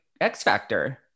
X-Factor